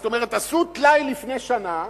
כלומר, עשו טלאי לפני שנה,